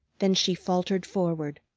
then she faltered forward.